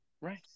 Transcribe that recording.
Right